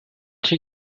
she